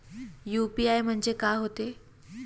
UPI म्हणजे का होते?